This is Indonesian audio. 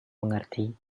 mengerti